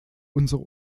unsere